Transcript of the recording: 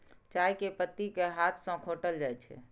चाय के पत्ती कें हाथ सं खोंटल जाइ छै